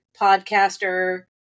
podcaster